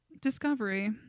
discovery